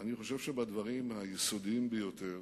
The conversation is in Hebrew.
אני חושב שבדברים היסודיים ביותר